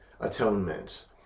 atonement